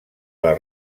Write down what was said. les